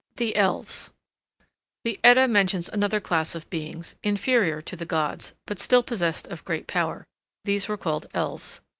the elves the edda mentions another class of beings, inferior to the gods, but still possessed of great power these were called elves.